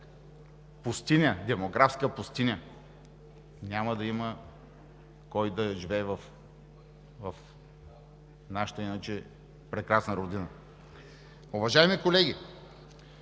ще бъде демографска пустиня, няма да има кой да живее в нашата иначе прекрасна родина. Уважаеми колеги,